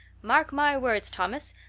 mark my words, thomas,